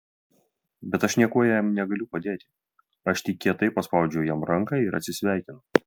bet aš niekuo jam negaliu padėti aš tik kietai paspaudžiu jam ranką ir atsisveikinu